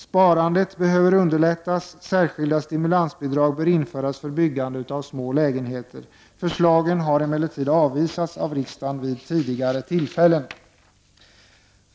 Sparandet bör underlättas, och särskilda stimulansbidrag bör införas för byggande av små lägenheter. Förslagen har emellertid avvisats av riksdagen vid tidigare tillfällen.